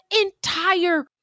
entire